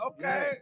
Okay